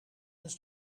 eens